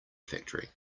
factory